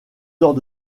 heures